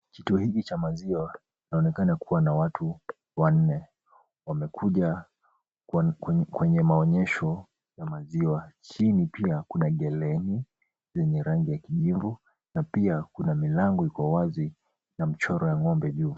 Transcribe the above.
Kituo hiki cha maziwa kinaonekana kuwa na watu wanne. Wamekuja kwenye maonyesho ya maziwa. Hii ni pia kuna geleni zenye rangi ya kijivu na pia kuna milango iko wazi na mchoro ya ng'ombe juu.